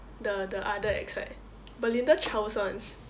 the the other belinda charles [one]